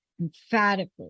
emphatically